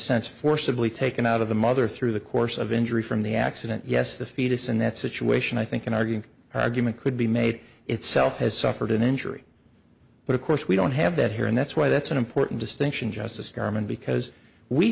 sense forcibly taken out of the mother through the course of injury from the accident yes the fetus in that situation i think an argument argument could be made itself has suffered an injury but of course we don't have that here and that's why that's an important distinction just a starman because we